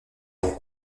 pour